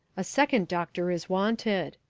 a second doctor is wanted.